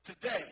today